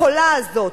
הממשלה החולה הזאת,